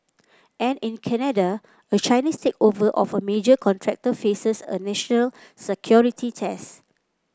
and in Canada a Chinese takeover of a major contractor faces a national security test